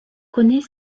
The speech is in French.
connait